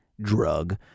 drug